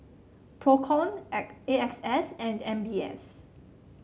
Procom A X S and M B S